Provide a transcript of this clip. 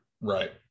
Right